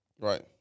Right